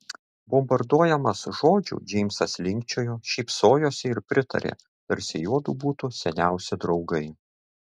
bombarduojamas žodžių džeimsas linkčiojo šypsojosi ir pritarė tarsi juodu būtų seniausi draugai